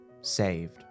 Saved